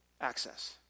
access